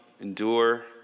endure